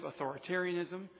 authoritarianism